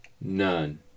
None